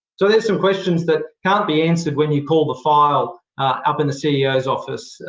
so, there's some questions that can't be answered when you pull the file up in the ceo's office.